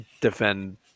defend